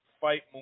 fight